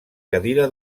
cadira